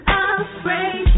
afraid